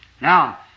Now